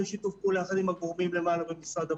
שיתוף פעולה עם הגורמים למעלה במשרד בריאות.